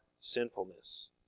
sinfulness